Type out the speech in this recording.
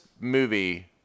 movie